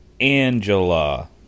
Angela